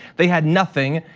they had nothing,